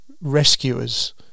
rescuers